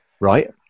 right